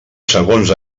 segons